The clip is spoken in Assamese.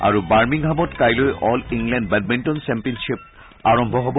আৰু বাৰ্মিংহামত কাইলৈ অল ইংলেণ্ড বেডমিণ্টন চেম্পিয়নশ্বিপ আৰম্ভ হব